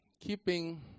keeping